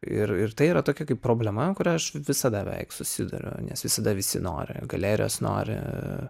ir ir tai yra tokia problema kuria aš visada beveik susiduriu nes visada visi nori galerijos nori